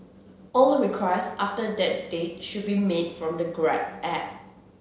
all requests after that date should be made from the grab app